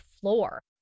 floor